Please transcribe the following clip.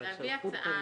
להביא הצעה.